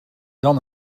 dan